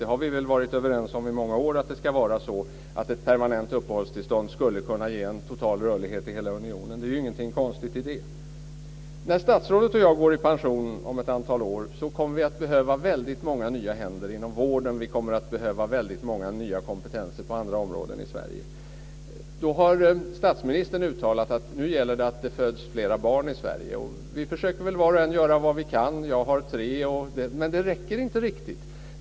Det har vi väl varit överens om i många år, att ett permanent uppehållstillstånd skulle kunna ge en total rörlighet i hela unionen. Det är ju ingenting konstigt med det. När statsrådet och jag om ett antal år går i pension kommer det att behövas väldigt många nya händer inom vården. Det kommer också att behövas väldigt många nya kompetenser på andra områden i Sverige. Statsministern har uttalat att det nu gäller att det föds flera barn. Vi försöker väl var och en att göra vad vi kan. Själv har jag tre barn, men det räcker inte riktigt.